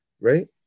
right